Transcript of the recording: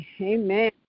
Amen